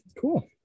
Cool